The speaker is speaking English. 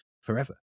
forever